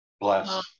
bless